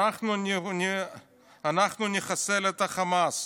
אנחנו נחסל את החמאס,